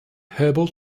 herbal